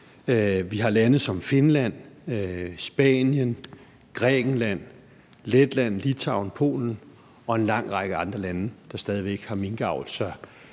Vi har lande som Finland, Spanien, Grækenland, Letland, Litauen, Polen og en lang række andre lande, der stadig væk har minkavl.